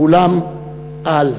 ואולם אל לאיש,